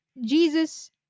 Jesus